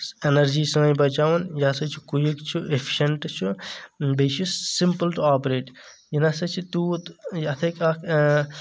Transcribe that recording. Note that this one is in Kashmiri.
ایٚنرجی سأنۍ بچاوان یہِ ہسا چھُ کُیِک چھُ ایٚفشنٹ چھُ بیٚیہِ چھُ یہِ سِمپٕل ٹُوٚ آپریٹ یہِ نا سا چھُ تیٖوٗت اَتھ ہیٚکہِ اکھ